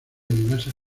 diversas